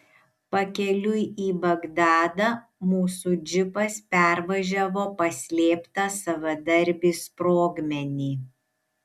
pakeliui į bagdadą mūsų džipas pervažiavo paslėptą savadarbį sprogmenį